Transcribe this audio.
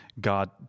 god